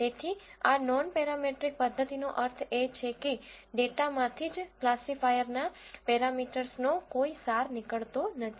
તેથી આ નોનપેરામેટ્રિક પદ્ધતિનો અર્થ એ છે કે ડેટામાંથી જ ક્લાસિફાયર ના પેરામીટર્સનો કોઈ સાર નીકળતો નથી